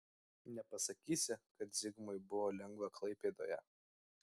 nepasakysi kad zigmui buvo lengva klaipėdoje